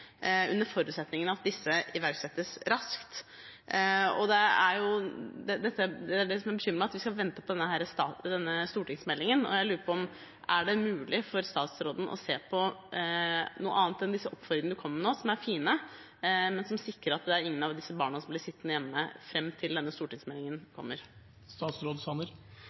under forutsetning av at disse iverksettes raskt. Det som bekymrer meg, er at vi skal vente på denne stortingsmeldingen. Jeg lurer på om det er mulig for statsråden å se på noe annet enn de oppfordringene han kom med nå, som er fine, noe som sikrer at ingen av disse barna blir sittende hjemme fram til denne stortingsmeldingen kommer.